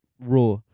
raw